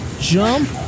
jump